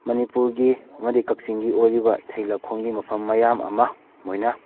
ꯃꯅꯤꯄꯨꯔꯒꯤ ꯑꯃꯗꯤ ꯀꯛꯆꯤꯡꯒꯤ ꯑꯣꯏꯔꯤꯕ ꯏꯊꯩ ꯂꯧꯈꯣꯡꯒꯤ ꯃꯐꯝ ꯃꯌꯥꯝ ꯑꯃ ꯃꯣꯏꯅ